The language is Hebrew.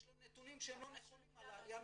יש לו נתונים שהם לא נכונים על העלייה